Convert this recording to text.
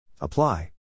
Apply